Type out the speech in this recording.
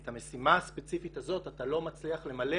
את המשימה הספציפית הזאת אתה לא מצליח למלא